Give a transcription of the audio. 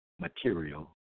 material